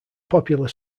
popular